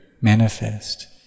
manifest